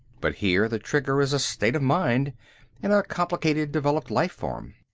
but here the trigger is a state of mind in a complicated, developed life-form.